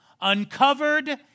Uncovered